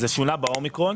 זה שונה באומיקרון,